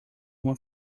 uma